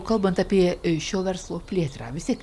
kalbant apie šio verslo plėtrą vis tiek